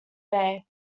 bay